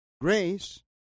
Grace